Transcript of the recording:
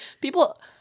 people